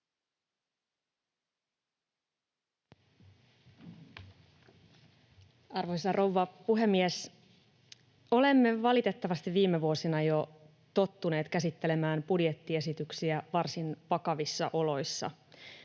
Arvoisa rouva puhemies! Olemme valitettavasti viime vuosina jo tottuneet käsittelemään budjettiesityksiä varsin vakavissa oloissa.